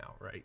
right